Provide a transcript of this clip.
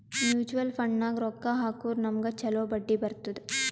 mutual ಫಂಡ್ನಾಗ್ ರೊಕ್ಕಾ ಹಾಕುರ್ ನಮ್ಗ್ ಛಲೋ ಬಡ್ಡಿ ಬರ್ತುದ್